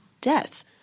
death